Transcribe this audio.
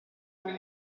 non